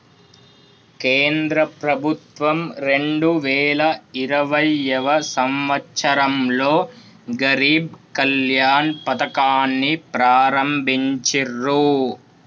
కేంద్ర ప్రభుత్వం రెండు వేల ఇరవైయవ సంవచ్చరంలో గరీబ్ కళ్యాణ్ పథకాన్ని ప్రారంభించిర్రు